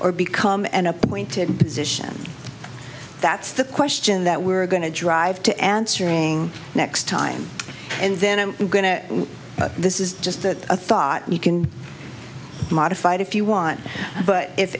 or become an appointed position that's the question that we're going to drive to answering next time and then i'm going to this is just that a thought you can modify it if you want but if